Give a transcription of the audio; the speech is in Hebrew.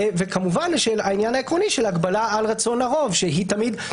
וכמובן העניין העקרוני של הגבלה על רצון הרוב שקיימת.